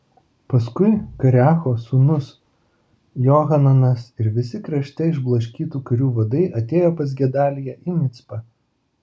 paskui kareacho sūnus johananas ir visi krašte išblaškytų karių vadai atėjo pas gedaliją į micpą